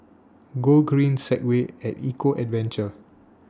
Gogreen Segway At Eco Adventure